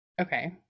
Okay